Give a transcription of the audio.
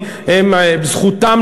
שכבר אמרתי,